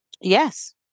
Yes